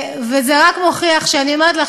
וזה רק מוכיח את מה שאני אומרת לך,